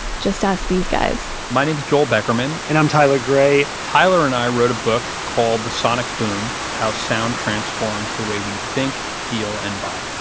just ask these guys my name is joel beckerman and i'm tyler gray tyler and i wrote a book called the sonic boom how sound transforms the way we think, feel, and buy.